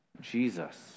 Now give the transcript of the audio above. Jesus